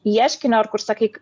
ieškinio ar kur sakyk